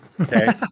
okay